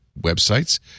websites